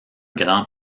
grand